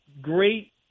great